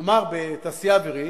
נאמר בתעשייה האווירית: